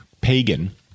pagan